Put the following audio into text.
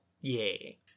Yay